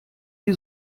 die